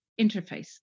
Interface